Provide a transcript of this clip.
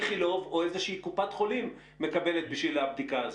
איכילוב או איזושהי קופת חולים מקבלת בשביל הבדיקה הזאת?